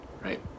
right